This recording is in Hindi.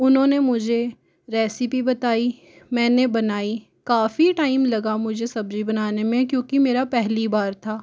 उन्होंने ने मुझे रेसिपी बताई मैंने बनाई काफ़ी टाइम लगा मुझे सब्जी बनाने में क्योंकि मेरा पहली बार था